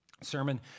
sermon